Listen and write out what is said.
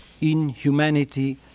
inhumanity